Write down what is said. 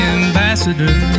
ambassador